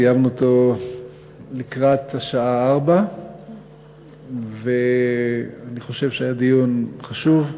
סיימנו אותו לקראת השעה 16:00. אני חושב שהיה דיון חשוב,